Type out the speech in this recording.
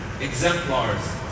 exemplars